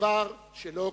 דבר שלא כרצונך,